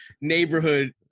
neighborhood